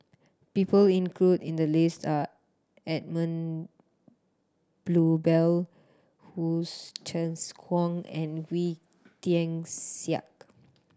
people include in the list are Edmund Blundell Hsu Tse Kwang and Wee Tian Siak